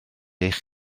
eich